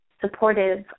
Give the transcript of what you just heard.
supportive